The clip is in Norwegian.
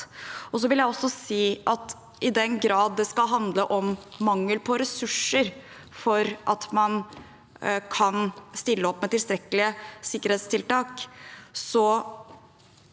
Jeg vil også si at i den grad det skal handle om mangel på ressurser for at man kan stille opp med tilstrekkelige sikkerhetstiltak,